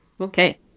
Okay